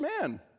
man